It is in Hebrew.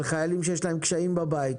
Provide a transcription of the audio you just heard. על חיילים שיש להם קשיים בבית.